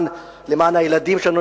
למען הילדים שלנו,